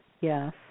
yes